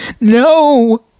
No